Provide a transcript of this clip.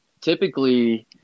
Typically